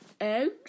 Eggs